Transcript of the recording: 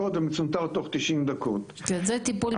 אני עדיין חושבת שזה המקצוע הכי יפה